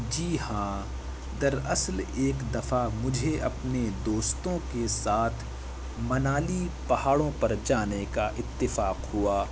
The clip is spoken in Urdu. جی ہاں در اصل ایک دفعہ مجھے اپنے دوستوں کے ساتھ منالی پہاڑوں پر جانے کا اتفاق ہوا